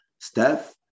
Steph